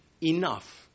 enough